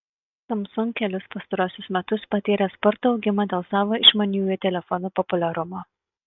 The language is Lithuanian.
samsung kelis pastaruosius metus patyrė spartų augimą dėl savo išmaniųjų telefonų populiarumo